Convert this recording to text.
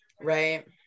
Right